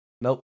Nope